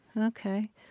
Okay